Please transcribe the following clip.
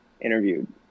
interviewed